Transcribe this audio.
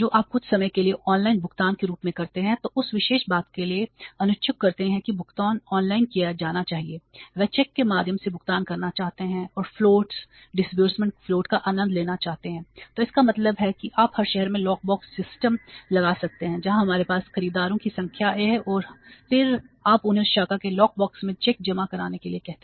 जो आप कुछ समय के लिए ऑनलाइन भुगतान के रूप में करते हैं तो उस विशेष बात के लिए अनिच्छुक रहते हैं कि भुगतान ऑनलाइन लगा सकते हैं जहां हमारे पास खरीदारों की संख्या है और फिर आप उन्हें उस शाखा के लॉक बॉक्स में चेक जमा करने के लिए कहते हैं